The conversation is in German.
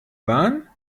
bahn